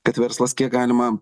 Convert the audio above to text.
kad verslas kiek galima